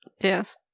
yes